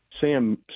Sam